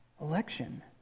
election